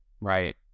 right